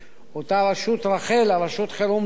אותה רשות, רח"ל, רשות חירום לאומית,